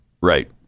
Right